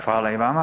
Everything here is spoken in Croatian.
Hvala i vama.